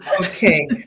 Okay